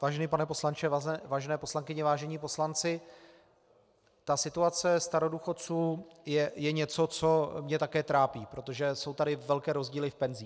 Vážený pane poslanče, vážené poslankyně, vážení poslanci, situace starodůchodců je něco, co mě také trápí, protože jsou tady velké rozdíly v penzích.